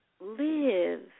live